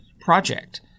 project